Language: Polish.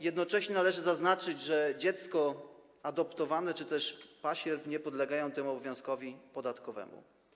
Jednocześnie należy zaznaczyć, że dziecko adoptowane czy też pasierb nie podlegają temu obowiązkowi podatkowemu.